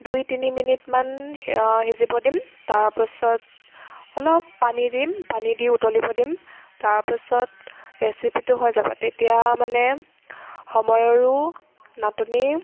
দুই তিনি মিনিটমান সিজিব দিম তাৰপিছত অলপ পানী দিম পানী দি উতলিব দিম তাৰপিছত ৰেচিপিটো হৈ যাব তেতিয়া মানে সময়ৰো নাটনি